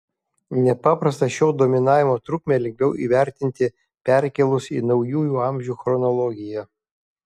nepaprastą šio dominavimo trukmę lengviau įvertinti perkėlus į naujųjų amžių chronologiją